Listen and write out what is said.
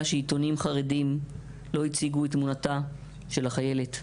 שעיתונים חרדיים לא הציגו את תמונתה של החיילת.